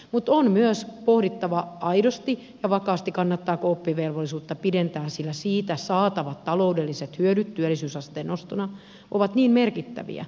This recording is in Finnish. mutta on myös pohdittava aidosti ja vakaasti kannattaako oppivelvollisuutta pidentää sillä siitä saatavat taloudelliset hyödyt työllisyysasteen nostona ovat merkittäviä